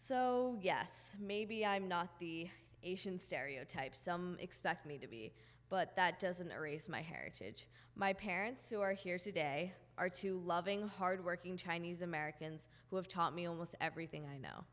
so yes maybe i'm not the stereotype some expect me to be but that doesn't erase my heritage my parents who are here today are two loving hardworking chinese americans who have taught me almost everything i know